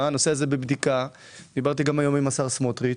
הנושא הזה בבדיקה ודיברתי היום גם עם השר סמוטריץ',